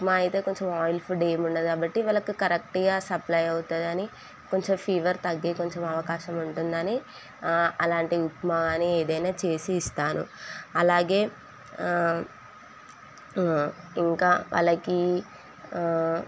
ఉప్మా అయితే కొంచెం oil food ఏమి ఉండదు కాబట్టి వాళ్ళకు కరెక్టుగా సప్లై అవుతుంది అని కొంచెం ఫీవర్ తగ్గి కొంచెం అవకాశం ఉంటుంది అని అలాంటి ఉప్మా అని ఏదైనా చేసి ఇస్తాను అలాగే ఇంకా వాళ్ళకి